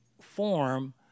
form